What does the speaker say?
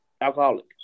Alcoholic